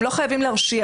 הם לא חייבים להרשיע